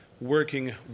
working